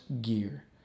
gear